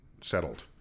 settled